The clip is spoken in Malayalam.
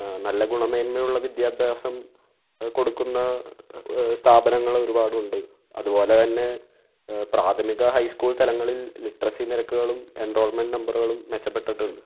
നല്ല ഗുണമേന്മയുള്ള വിദ്യാഭ്യാസം കൊടുക്കുന്ന സ്ഥാപനങ്ങള് ഒരുപാട് ഉണ്ട് അതുപോലെതന്നെ പ്രാഥമിക ഹൈ സ്കൂൾ തലങ്ങളിൽ ലിറ്ററസി നിരക്കുകളും എൻറോൾമെൻറ്റ് നമ്പറുകളും മെച്ചപ്പെട്ടിട്ടുണ്ട്